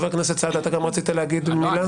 חבר הכנסת סעדה, אתה גם רצית להגיד מילה?